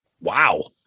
Wow